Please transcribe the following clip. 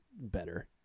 better